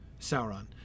Sauron